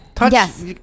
Yes